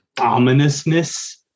ominousness